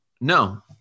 No